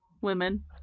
women